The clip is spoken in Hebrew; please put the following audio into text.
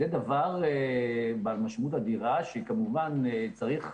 זה דבר בעל משמעות אדירה, שכמובן צריך